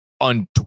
on